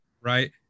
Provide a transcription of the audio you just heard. right